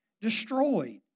Destroyed